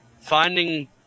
finding